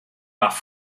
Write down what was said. nach